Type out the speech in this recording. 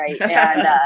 right